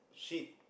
shit